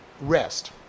rest